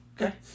Okay